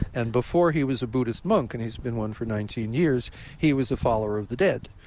and before he was a buddhist monk and he's been one for nineteen years he was a follower of the dead.